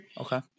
Okay